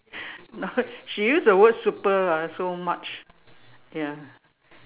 no she use the word super lah so much ya